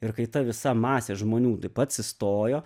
ir kai ta visa masė žmonių taip atsistojo